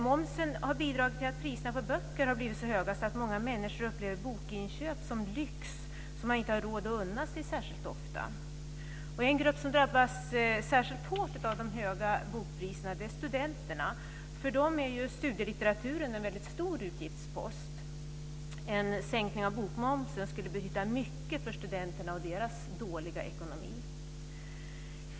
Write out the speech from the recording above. Momsen har bidragit till att priserna på böcker har blivit så höga att många människor upplever bokinköp som en lyx som man inte har råd att unna sig särskilt ofta. En grupp som drabbas särskilt hårt av de höga bokpriserna är studenterna. För dem är studielitteraturen en väldigt stor utgiftspost. En sänkning av bokmomsen skulle betyda mycket för studenterna och deras dåliga ekonomi.